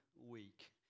week